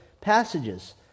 passages